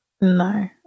no